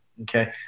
Okay